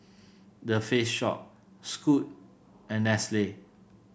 The Face Shop Scoot and Nestle